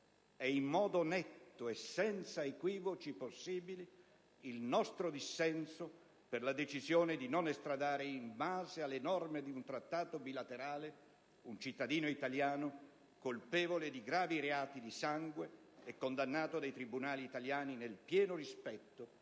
e, in modo netto e senza equivoci possibili, il nostro dissenso per la decisione di non estradare, in base alle norme di un Trattato bilaterale, un cittadino italiano colpevole di gravi reati di sangue e condannato dai tribunali italiani nel pieno rispetto